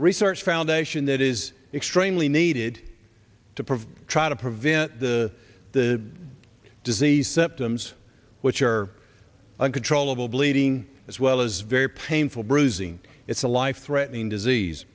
research foundation that is extremely needed to provide try to prevent the the disease symptoms which are uncontrollable bleeding as well as very painful bruising it's a life threatening disease